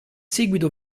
seguito